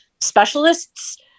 specialists